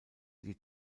die